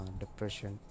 depression